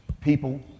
people